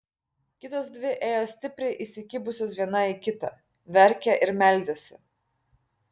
kitos dvi ėjo stipriai įsikibusios viena į kitą verkė ir meldėsi